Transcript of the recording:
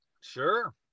Sure